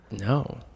No